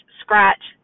scratch